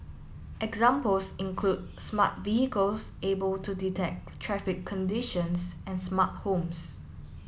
examples include smart vehicles able to detect traffic conditions and smart homes